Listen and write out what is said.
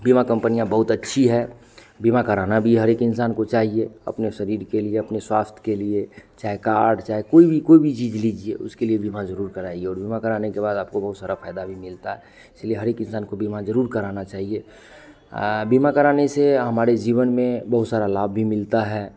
बीमा कंपनियाँ बहुत अच्छी है बीमा कराना भी हर एक इंसान को चाहिए अपने शरीर के लिए अपने स्वास्थ्य के लिए चाहे कार्ड चाहे कोई भी कोई भी चीज़ लीजिए उसके लिए बीमा ज़रूर कराइए और बीमा कराने के बाद आपको बहुत सारे फायदे भी मिलते हैं इसीलिए हर एक इंसान को बीमा ज़रूर कराना चाहिए बीमा कराने से हमारे जीवन में बहुत सारा लाभ भी मिलता है